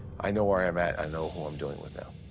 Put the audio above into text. i know where i'm at, i know who i'm dealing with now.